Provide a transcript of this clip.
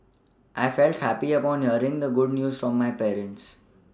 I felt happy upon hearing the good news from my parents